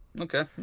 Okay